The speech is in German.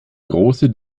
große